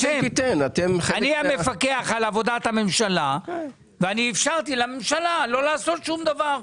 כי כמפקח על עבודת הממשלה אפשרתי לממשלה לא לעשות שום דבר,